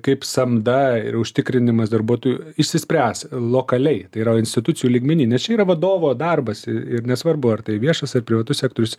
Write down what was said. kaip samda ir užtikrinimas darbuotojų išsispręs lokaliai tai yra institucijų lygmeny nes čia yra vadovo darbas ir nesvarbu ar tai viešas ar privatus sektorius